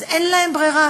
אז אין להם ברירה.